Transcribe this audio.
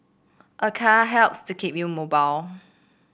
a car helps to keep you mobile